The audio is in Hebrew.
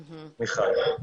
מחד.